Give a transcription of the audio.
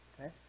Okay